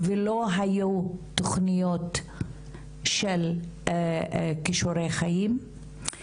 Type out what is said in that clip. ולא היו תוכניות של כישורי חיים.